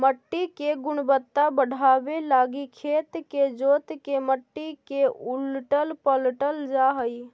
मट्टी के गुणवत्ता बढ़ाबे लागी खेत के जोत के मट्टी के उलटल पलटल जा हई